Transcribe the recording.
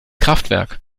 kraftwerk